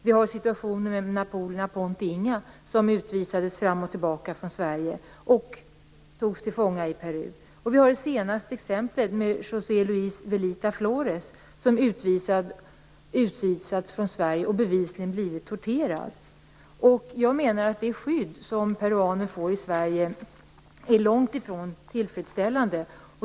Vi har Napoleon Aponte Inga som utvisades fram och tillbaka från Sverige och togs till fånga i Peru. Vi har det senaste exemplet med José Luis Velita Flores som utvisats från Sverige och bevisligen blivit torterad. Jag menar att det skydd som peruaner får i Sverige långt ifrån är tillfredsställande.